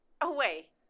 away